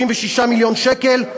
36 מיליון שקל.